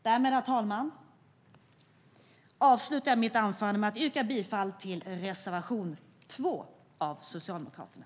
Därmed, herr talman, avslutar jag mitt anförande med att yrka bifall till reservation 2 av Socialdemokraterna.